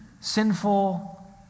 sinful